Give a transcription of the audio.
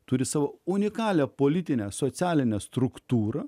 turi savo unikalią politinę socialinę struktūrą